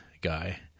guy